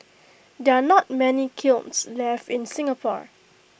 there are not many kilns left in Singapore